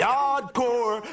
Yardcore